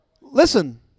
Listen